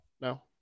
No